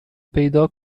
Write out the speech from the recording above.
پیدا